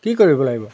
কি কৰিব লাগিব